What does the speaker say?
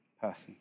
person